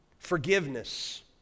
forgiveness